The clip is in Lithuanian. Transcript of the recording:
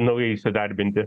naujai įsidarbinti